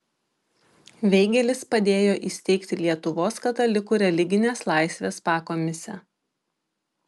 veigelis padėjo įsteigti lietuvos katalikų religinės laisvės pakomisę